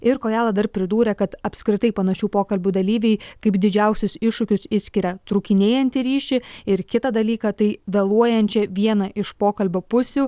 ir kojala dar pridūrė kad apskritai panašių pokalbių dalyviai kaip didžiausius iššūkius išskiria trūkinėjantį ryšį ir kitą dalyką tai vėluojančią vieną iš pokalbio pusių